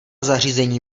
zařízení